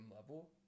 level